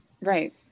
right